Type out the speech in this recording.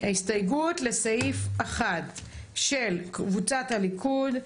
הסתייגות 1 לסעיף 1 של קבוצת הליכוד,